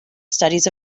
studies